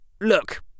Look